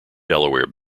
delaware